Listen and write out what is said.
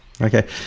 Okay